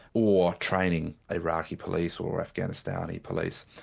or training iraqi police or afghanistani police.